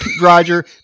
Roger